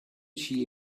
she